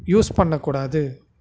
use பண்ணக்கூடாது